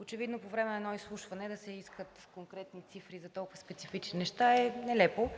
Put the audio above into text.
Очевидно по време на едно изслушване да се искат конкретни цифри за толкова специфични неща е нелепо.